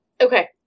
Okay